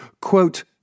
Quote